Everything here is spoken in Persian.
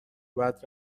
بعد